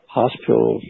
hospital